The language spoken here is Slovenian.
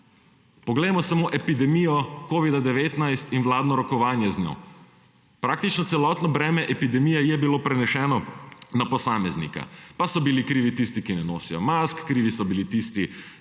Poglejmo samo epidemijo covida-19 in vladno rokovanje z njo. Praktično celotno breme epidemije je bilo preneseno na posameznika. Pa so bili krivi tisti, ki ne nosijo mask, krivi so bili tisti,